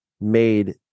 made